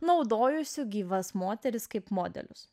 naudojusių gyvas moteris kaip modelius